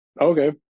Okay